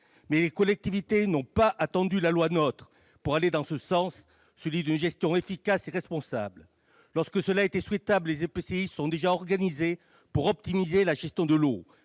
Mais les collectivités n'ont pas attendu la loi NOTRe pour aller dans ce sens, celui d'une gestion efficace et responsable ! Lorsque cela était souhaitable, les EPCI se sont organisés pour optimiser la gestion de l'eau.